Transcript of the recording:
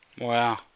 Wow